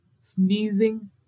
sneezing